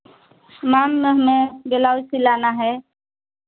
ma'am हमें blouse सिलवाना है